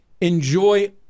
enjoy